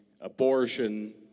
abortion